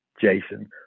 Jason